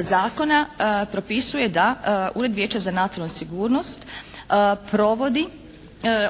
zakona propisuje da Ured vijeća za nacionalnu sigurnost provodi,